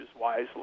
wisely